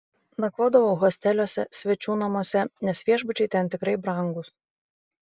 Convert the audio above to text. nakvodavau hosteliuose svečių namuose nes viešbučiai ten tikrai brangūs